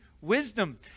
wisdom